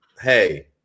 hey